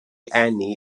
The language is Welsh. eni